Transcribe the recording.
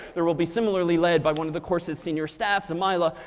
there will be similarly led by one of the course's senior staff, zamalya,